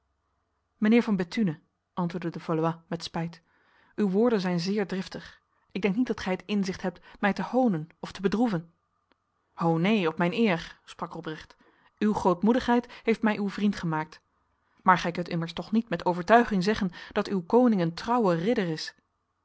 mijnheer van bethune antwoordde de valois met spijt uw woorden zijn zeer driftig ik denk niet dat gij het inzicht hebt mij te honen of te bedroeven ho neen op mijn eer sprak robrecht uw grootmoedigheid heeft mij uw vriend gemaakt maar gij kunt immers toch niet met overtuiging zeggen dat uw koning een trouwe ridder is